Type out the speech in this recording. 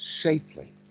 safely